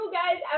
guys